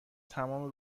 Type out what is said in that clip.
تمام